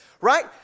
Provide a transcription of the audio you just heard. right